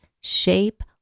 shape